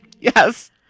Yes